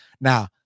Now